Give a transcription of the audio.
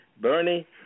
Bernie